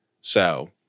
So-